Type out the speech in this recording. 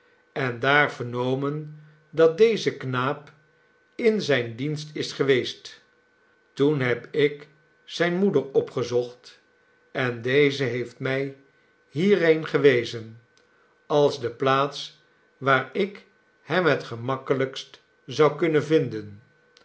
en daar vernomen dat deze knaap in zijn dienst is geweest toen heb ik zijne moeder opgezocht en deze heeft mij hierheen gewezen als de plaats waar ik hem het gemakkelijkst zou kunnen vinden